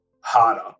harder